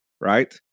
right